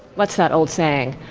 what's that old saying?